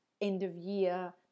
end-of-year